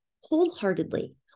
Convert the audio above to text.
wholeheartedly